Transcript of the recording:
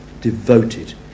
devoted